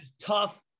tough